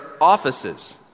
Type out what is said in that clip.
offices